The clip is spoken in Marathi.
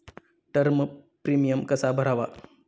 टर्म प्रीमियम कसा भरावा?